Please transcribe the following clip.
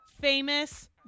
famous